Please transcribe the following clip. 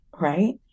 right